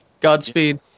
Godspeed